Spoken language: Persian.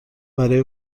برای